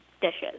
dishes